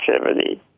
activity